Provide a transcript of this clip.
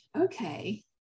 okay